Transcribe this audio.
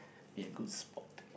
be a good sport